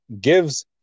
gives